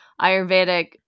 Ayurvedic